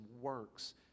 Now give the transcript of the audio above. works